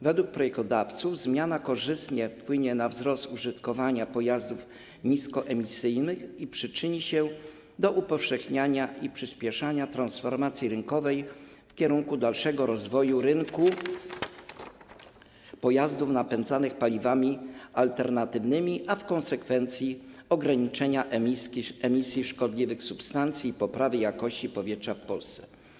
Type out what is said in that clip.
Według projektodawców zmiana korzystnie wpłynie na wzrost użytkowania pojazdów niskoemisyjnych i przyczyni się do upowszechniania i przyspieszania transformacji rynkowej w kierunku dalszego rozwoju rynku pojazdów napędzanych paliwami alternatywnymi, a w konsekwencji do ograniczenia emisji szkodliwych substancji i poprawy jakości powietrza w Polsce.